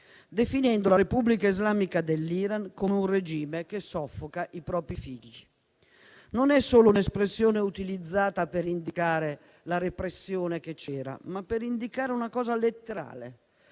definendo la Repubblica islamica dell'Iran come «un regime che soffoca i propri figli». È un'espressione utilizzata per indicare non solo la repressione che c'era, ma anche una cosa letterale: